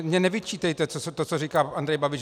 Mně nevyčítejte to, co říká Andrej Babiš.